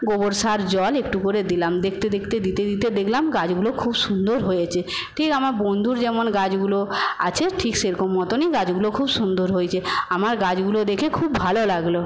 গোবর সার জল একটু করে দিলাম দেখতে দেখতে দিতে দিতে দেখলাম গাছগুলো খুব সুন্দর হয়েছে ঠিক আমার বন্ধুর যেমন গাছগুলো আছে ঠিক সেরকম মতোই গাছগুলো খুব সুন্দর হয়েছে আমার গাছগুলো দেখে খুব ভালো লাগল